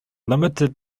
limited